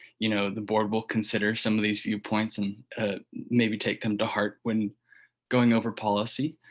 you know, the board will consider some of these few points and maybe take them to heart when going over policy.